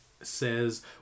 says